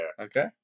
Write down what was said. Okay